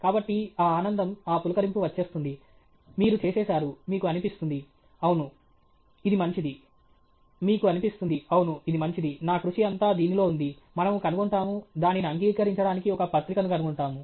కాబట్టి ఆ ఆనందం ఆ పులకరింపు వచ్చేస్తుంది మీరు చేసేసారు మీకు అనిపిస్తుంది అవును ఇది మంచిది మీకు అనిపిస్తుంది అవును ఇది మంచిది నా కృషి అంతా దీనిలో ఉంది మనము కనుగొంటాము దానిని అంగీకరించడానికి ఒక పత్రికను కనుగొంటాము